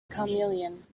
chameleon